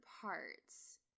parts